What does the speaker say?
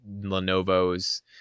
lenovo's